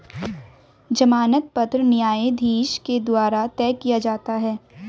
जमानत पत्र न्यायाधीश के द्वारा तय किया जाता है